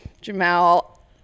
Jamal